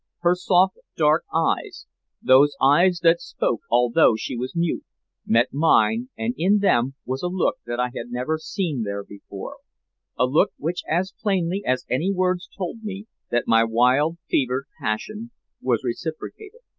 her soft, dark eyes those eyes that spoke although she was mute met mine, and in them was a look that i had never seen there before a look which as plainly as any words told me that my wild fevered passion was reciprocated.